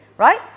right